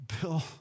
Bill